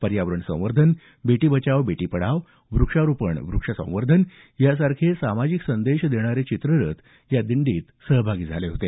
पर्यावरण संवर्धन बेटी बचाओ बेटी पढाओ वृक्षारोपण वृक्षसंवर्धन यासारखे सामाजिक संदेश देणारे चित्ररथ दिंडी मध्ये सहभागी झाले होते